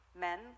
men